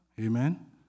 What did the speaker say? Amen